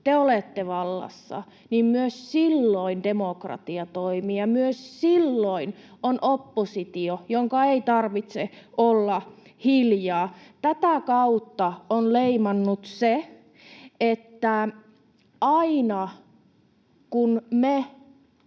te olette vallassa, myös silloin demokratia toimii, ja myös silloin on oppositio, jonka ei tarvitse olla hiljaa. Tätä kautta on leimannut se, että aina kun me